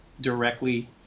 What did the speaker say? directly